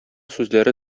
сүзләре